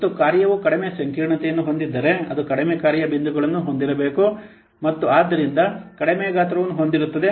ಮತ್ತು ಕಾರ್ಯವು ಕಡಿಮೆ ಸಂಕೀರ್ಣತೆಯನ್ನು ಹೊಂದಿದ್ದರೆ ಅದು ಕಡಿಮೆ ಕಾರ್ಯ ಬಿಂದುಗಳನ್ನು ಹೊಂದಿರಬೇಕು ಮತ್ತು ಆದ್ದರಿಂದ ಕಡಿಮೆ ಗಾತ್ರವನ್ನು ಹೊಂದಿರುತ್ತದೆ